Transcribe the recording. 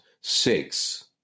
Six